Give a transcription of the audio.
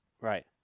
Right